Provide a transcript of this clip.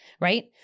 Right